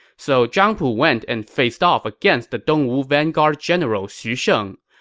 so zhang pu went and faced off against the dongwu vanguard general xu sheng.